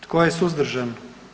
Tko je suzdržan?